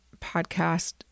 podcast